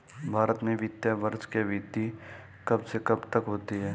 भारत में वित्तीय वर्ष की अवधि कब से कब तक होती है?